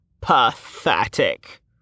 Pathetic